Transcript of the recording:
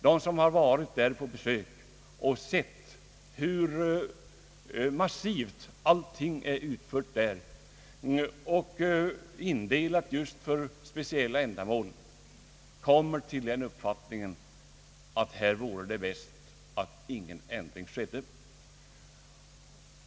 De som har besökt huset och sett hur massivt allting är utfört där och indelat just för speciella ändamål kommer till den uppfattningen att det vore bäst om ingen ändring skedde.